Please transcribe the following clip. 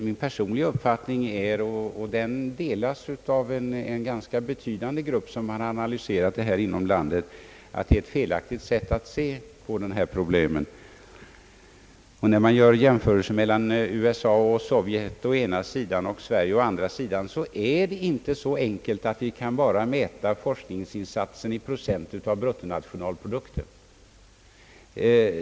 Min personliga uppfattning är, och den delas av en ganska betydande grupp som har analyserat denna fråga inom landet, att detta är ett felaktigt sätt att se på dessa problem. När man gör jämförelser mellan USA och Sovjet å ena sidan och Sverige å andra sidan är det inte så enkelt att vi bara kan mäta forskningsinsatsen i procent av bruttonationalprodukten.